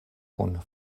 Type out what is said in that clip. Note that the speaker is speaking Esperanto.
kun